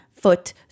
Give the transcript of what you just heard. foot